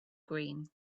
green